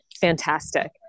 Fantastic